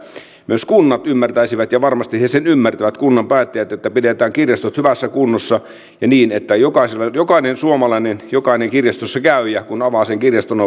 myös kunnat ymmärtäisivät ja varmasti he sen ymmärtävät kunnan päättäjät että pidetään kirjastot hyvässä kunnossa niin että jokainen suomalainen jokainen kirjastossa kävijä kun avaa sen kirjaston